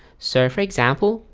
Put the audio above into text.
so for example,